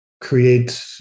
create